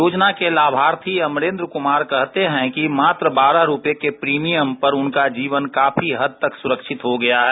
योजना के लाभार्थी अमरेन्द्र कुमार कहते हैं कि मात्र बारह रुपये के प्रीमियम पर उनका जीवन काफी हद तक सुरक्षित हो गया है